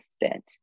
fit